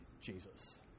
Jesus